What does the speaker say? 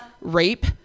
Rape